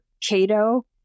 Cato